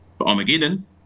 Armageddon